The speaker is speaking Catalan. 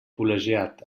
col·legiat